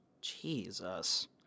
Jesus